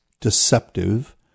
deceptive